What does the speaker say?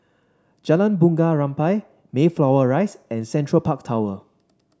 Jalan Bunga Rampai Mayflower Rise and Central Park Tower